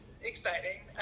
exciting